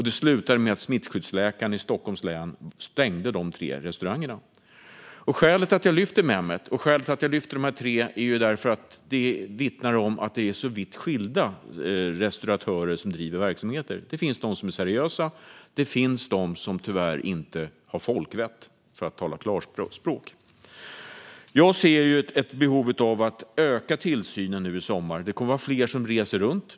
Det slutade med att smittskyddsläkaren i Stockholms län stängde de tre restaurangerna. Skälet till att jag lyfter Mehmet och dessa tre restauranger är att detta vittnar om att det är vitt skilda restauratörer som driver verksamheter. Det finns de som är seriösa. Det finns de som tyvärr inte har folkvett, för att tala klarspråk. Jag ser ett behov av att öka tillsynen nu i sommar. Det kommer att vara fler som reser runt.